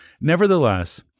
nevertheless